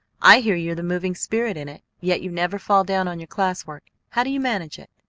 i hear you're the moving spirit in it yet you never fall down on your class work. how do you manage it?